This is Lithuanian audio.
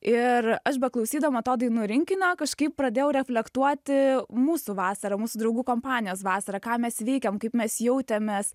ir aš beklausydama to dainų rinkinio kažkaip pradėjau reflektuoti mūsų vasarą mūsų draugų kompanijos vasarą ką mes veikėm kaip mes jautėmės